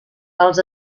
els